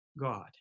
God